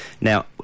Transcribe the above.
now